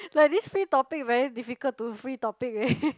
like this free topic very difficult to free topic eh